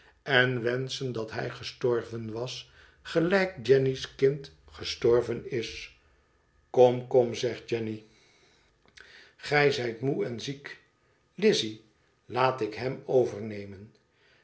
ligt enwenschen dat hij gestorven was gelijk jenny's kind gestorven is kom kom zegt jenny gij zijt moe en ziek lizzy laat ik hem overnemen